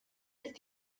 ist